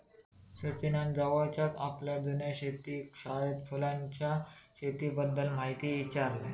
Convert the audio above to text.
सचिनान जवळच्याच आपल्या जुन्या शेतकी शाळेत फुलांच्या शेतीबद्दल म्हायती ईचारल्यान